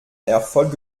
erfolg